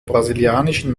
brasilianischen